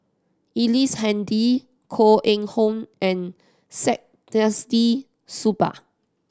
Ellice Handy Koh Eng Hoon and Saktiandi Supaat